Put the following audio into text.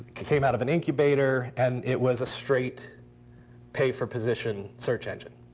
came out of an incubator, and it was a straight pay for position search engine.